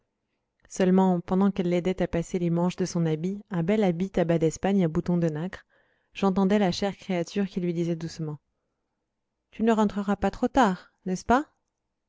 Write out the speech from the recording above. seulement pendant qu'elle l'aidait à passer les manches de son habit un bel habit tabac d'espagne à boutons de nacre j'entendais la chère créature qui lui disait doucement tu ne rentreras pas trop tard n'est-ce pas